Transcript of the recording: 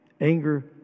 anger